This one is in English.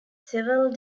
several